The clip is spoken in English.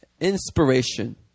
Inspiration